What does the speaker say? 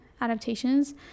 Adaptations